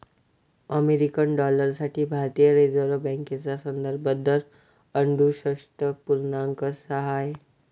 American dollar साठी भारतीय reserve बँकेचा संदर्भ दर अडुसष्ठ पूर्णांक सहा आहे